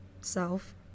self